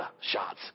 shots